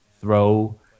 throw